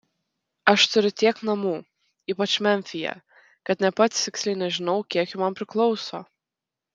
aš turiu tiek namų ypač memfyje kad nė pats tiksliai nežinau kiek jų man priklauso